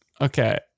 okay